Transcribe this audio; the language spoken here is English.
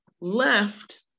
left